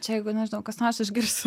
čia jeigu nežinau kas nors išgirstų